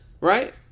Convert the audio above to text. right